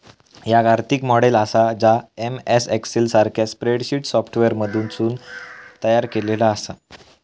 याक आर्थिक मॉडेल आसा जा एम.एस एक्सेल सारख्या स्प्रेडशीट सॉफ्टवेअरमधसून तयार केलेला आसा